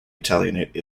italianate